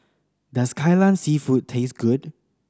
does Kai Lan Seafood taste good